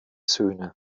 söhne